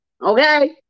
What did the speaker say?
Okay